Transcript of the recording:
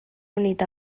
unit